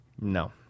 No